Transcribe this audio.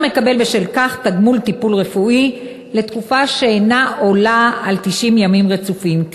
מקבל בשל כך תגמול טיפול רפואי לתקופה שאינה עולה על 90 ימים רצופים,